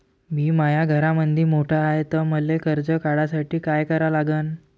मी माया घरामंदी मोठा हाय त मले कर्ज काढासाठी काय करा लागन?